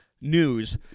news